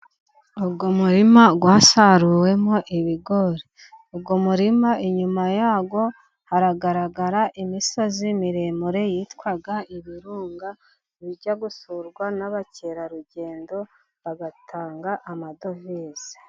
Uyu murima wasaruwemo ibigori, uyu murima inyuma yawo haragaragara imisozi miremire yitwa ibirunga, bijya gusurwa n'abakerarugendo bagatanga amadovize.